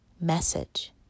message